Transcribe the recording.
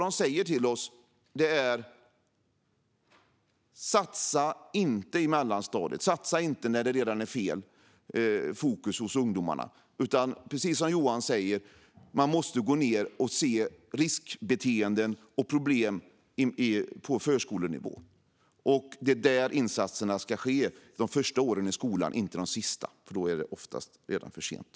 De sa till oss: Gör inte satsningarna på mellanstadiet när ungdomarna redan har fått fel fokus! Precis som Johan sa måste man gå ned och se riskbeteenden och problem på förskolenivå. Det är under de första åren i skolan och inte de sista som insatserna ska ske. Då är det oftast redan för sent.